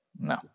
No